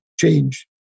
change